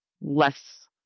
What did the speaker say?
less